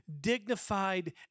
dignified